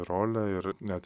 rolę ir net